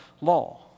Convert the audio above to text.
law